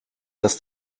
dass